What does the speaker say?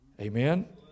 Amen